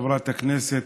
חברת הכנסת,